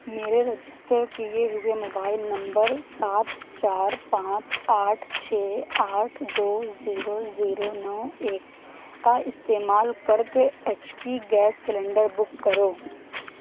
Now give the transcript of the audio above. میرے رجسٹر کیے ہوئے موبائل نمبر سات چار پانچ آٹھ چھ آٹھ دو زیرو زیرو نو ایک کا استعمال کر کے H P gas cylinder book کرو